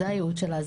זה הייעוד שלה,